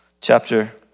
chapter